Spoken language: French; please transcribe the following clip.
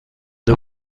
the